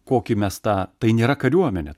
kokį mes tą tai nėra kariuomenė